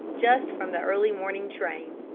just from the early morning train.